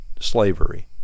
slavery